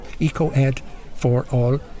EcoedForAll